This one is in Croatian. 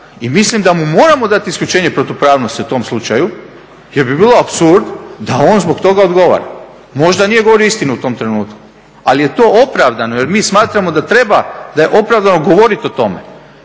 i mislim da mu moramo dati isključenje protupravnosti u tom slučaju jer bi bio apsurd da on zbog toga odgovara. Možda nije govorio istinu u tom trenutku ali je to opravdano jer mi smatramo da treba da je opravdano govoriti o tome.